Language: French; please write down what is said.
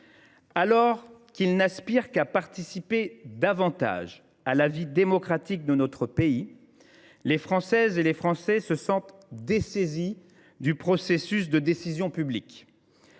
Alors qu’ils n’aspirent qu’à participer davantage à la vie démocratique de notre pays, les Françaises et les Français se sentent dessaisis du processus de décision publique.